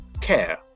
care